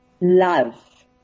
love